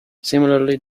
similarly